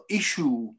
issue